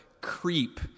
creep